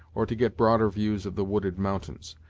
or to get broader views of the wooded mountains.